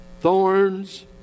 thorns